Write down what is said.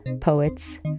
poets